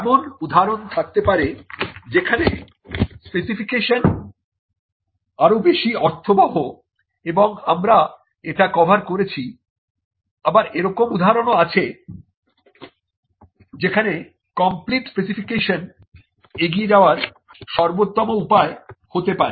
এমন উদাহরন থাকতে পারে যেখানে স্পেসিফিকেশন আরো বেশি অর্থবহ এবং আমরা এটি কভার করেছি আবার এরকম উদাহরণ ও আছে যেখানে কমপ্লিট স্পেসিফিকেশন এগিয়ে যাবার সর্বোত্তম উপায় হতে পারে